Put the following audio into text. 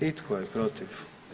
I tko je protiv?